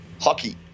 hockey